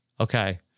Okay